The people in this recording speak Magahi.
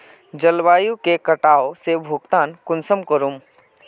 जलवायु के कटाव से भुगतान कुंसम करूम?